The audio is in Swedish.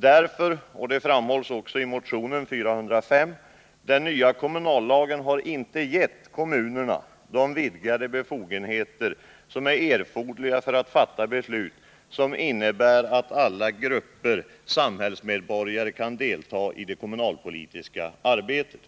Som framhålls i motionen 1978/79:405 har ju den nya kommunallagen inte givit kommunerna de vidgade befogenheter som är erforderliga för att fatta beslut som innebär att alla grupper samhällsmedborgare kan delta i det kommunalpolitiska arbetet.